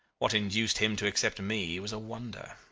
what induced him to accept me was a wonder.